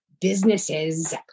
businesses